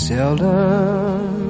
Seldom